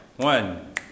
One